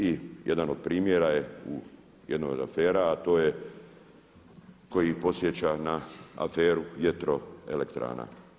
I jedan od primjera je u jednoj od afera a to je koji podsjeća na aferu vjetroelektrana.